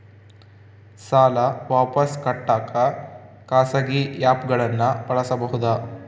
ಸಾಲ ವಾಪಸ್ ಕಟ್ಟಕ ಖಾಸಗಿ ಆ್ಯಪ್ ಗಳನ್ನ ಬಳಸಬಹದಾ?